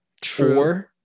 True